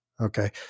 Okay